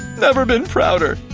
never been prouder.